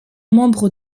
membres